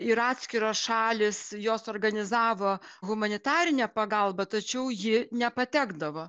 ir atskiros šalys jos organizavo humanitarinę pagalbą tačiau ji nepatekdavo